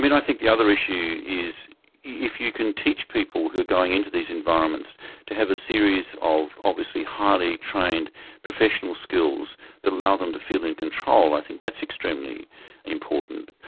i think the other issue is if you can teach people who are going in to these environments to have a series of obviously highly trained professional skills that allow them to feel in control, i think that's extremely important.